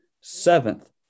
seventh